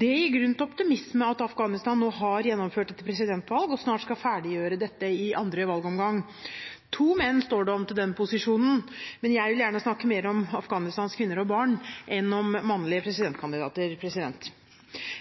Det gir grunn til optimisme at Afghanistan nå har gjennomført et presidentvalg og snart skal ferdiggjøre dette i andre valgomgang. To menn står det om til den posisjonen, men jeg vil gjerne snakke mer om Afghanistans kvinner og barn enn om mannlige presidentkandidater.